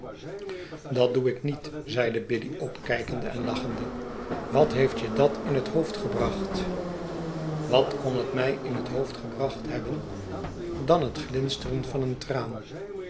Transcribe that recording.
dat doe ik niet zeide biddy opkijkende en lacbende wat heeft je dat in je hoofd gebracbt wat kon bet mij in het boofd gebracht hebben dan het glinsteren van een traan